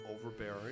overbearing